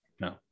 no